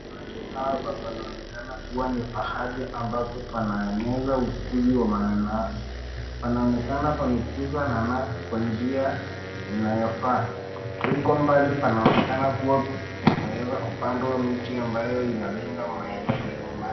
Pahali hapa panaonekana kuwa ni pahali ambapo panaeneza ukuzi wa mananasi. Panaonekana pamekuzwa nanasi kwa njia inayofaa. Huko mbali panaonekana kuwa pameweza kupandwa mti ambayo inalinda maeneo.